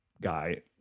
guy